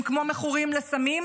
הם כמו מכורים לסמים.